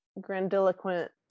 grandiloquent